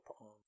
on